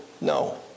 no